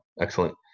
Excellent